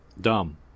Dumb